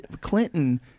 Clinton